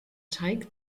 teig